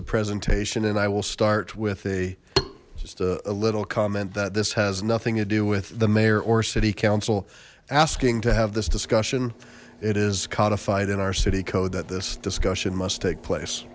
a presentation and i will start with a just a little comment that this has nothing to do with the mayor or city council asking to have this discussion it is codified in our city code that this discussion must take place